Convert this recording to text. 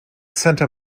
santa